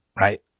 right